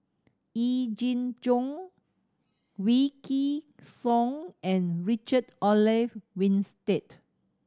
Yee Jenn Jong Wykidd Song and Richard Olaf Winstedt